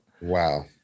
Wow